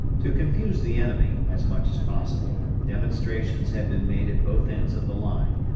to confuse the enemy as much as possible, demonstrations had been made at both ends of the line.